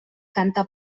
canta